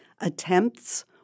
attempts